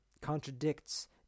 contradicts